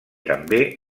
també